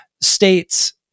states